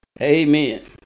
Amen